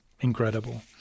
incredible